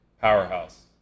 Powerhouse